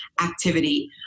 activity